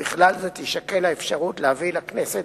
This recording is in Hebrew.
ובכלל זה תישקל האפשרות להביא לכנסת